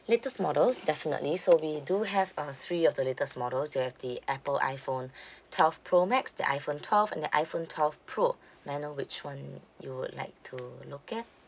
latest models definitely so we do have uh three of the latest models we have the apple iphone twelve pro max the iphone twelve and the iphone twelve pro may I know which one you would like to look at